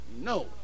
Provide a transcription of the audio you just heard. no